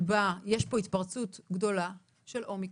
שבה יש פה התפרצות גדולה של אומיקרון,